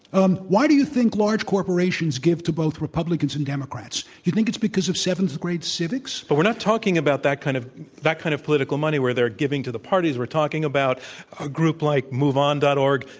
um why do you think large corporations give to both republicans and democrats? you think it's because of seventh grade civics? but we're not talking about that kind of that kind of political money, where they're giving to the parties. we're talking about a group like moveon. um and org,